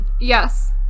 Yes